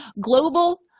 global